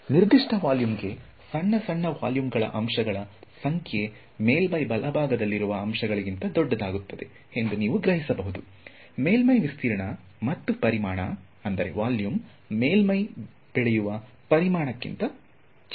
ನಿರ್ದಿಷ್ಟ ವೊಲ್ಯೂಮ್ ಗೆ ಸಣ್ಣ ಸಣ್ಣ ವೊಲ್ಯೂಮ್ ಗಳ ಅಂಶಗಳ ಸಂಖ್ಯೆ ಮೇಲ್ಮೈ ಬಲಭಾಗದಲ್ಲಿರುವ ಅಂಶಗಳಿಗಿಂತ ದೊಡ್ಡದಾಗುತ್ತದೆ ಎಂದು ನೀವು ಗ್ರಹಿಸಬಹುದು ಮೇಲ್ಮೈ ವಿಸ್ತೀರ್ಣ ಮತ್ತು ಪರಿಮಾಣ ವೊಲ್ಯೂಮ್ವು ಮೇಲ್ಮೈ ಬೆಳೆಯುವ ಪರಿಮಾಣಕ್ಕಿಂತ ಚಿಕ್ಕದಾಗಿದೆ